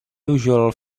usual